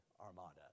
armada